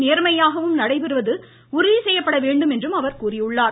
நேர்மையாகவும் நடைபெறுவது உறுதி செய்யப்பட வேண்டும் என்று அவர் கோரியுள்ளார்